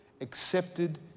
Accepted